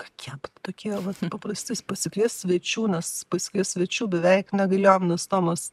kept tokie vat paprasti pasikviest svečių nes pasikviest svečių beveik negalėjom nes tomas